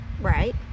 Right